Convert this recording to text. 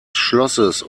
schlosses